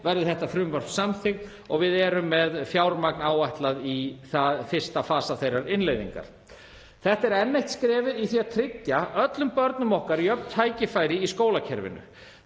verði þetta frumvarp samþykkt og við erum með fjármagn áætlað í fyrsta fasa þeirrar innleiðingar. Þetta er enn eitt skrefið í því að tryggja öllum börnunum okkar jöfn tækifæri í skólakerfinu